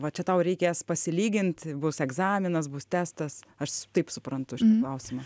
va čia tau reikės pasilyginti bus egzaminas bus testas aš taip suprantu šitą klausimą